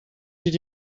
did